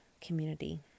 community